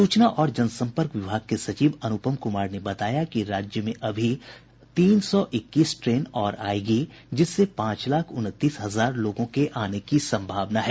सूचना और जनसंपर्क विभाग के सचिव अनुपम कुमार ने बताया कि राज्य में अभी तीन सौ इक्कीस ट्रेन और आयेगी जिससे पांच लाख उनतीस हजार लोगों के आने की संभावना है